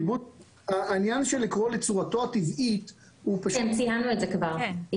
לקרוא לצורתו הטבעית --- ציינו את זה כבר.